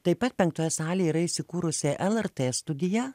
taip pat penktoje salėje yra įsikūrusi lrt studija